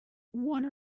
one